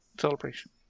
celebration